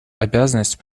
обязанность